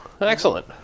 excellent